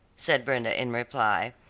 said brenda in reply,